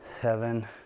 seven